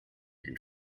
den